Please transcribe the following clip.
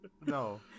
No